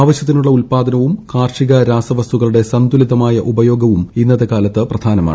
ആവശ്യത്തിനുള്ള ഉത്പാദനവും കാർഷിക രാസവസ്തുക്കളുടെ സന്തുലിതമായ ഉപയോഗവും ഇന്നത്തെ കാലത്ത് പ്രധാനമാണ്